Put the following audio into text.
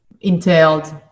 entailed